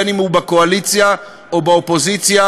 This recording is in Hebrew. בין אם הוא בקואליציה או באופוזיציה,